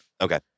Okay